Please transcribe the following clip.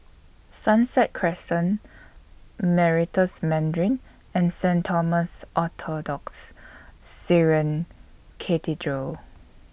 Sunset Crescent Meritus Mandarin and Saint Thomas Orthodox Syrian Cathedral